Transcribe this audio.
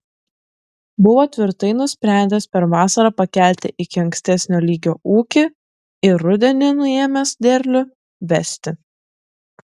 buvo tvirtai nusprendęs per vasarą pakelti iki ankstesnio lygio ūkį ir rudenį nuėmęs derlių vesti